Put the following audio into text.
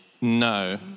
No